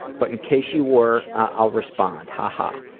but in case you were, i'll respond. ha ha.